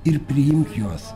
ir priimk juos